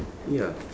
ya